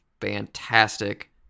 fantastic